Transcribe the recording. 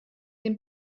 dem